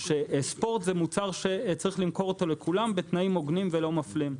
שספורט הוא מוצר שצריך למכור לכולם בתנאים הוגנים ולא מפלים.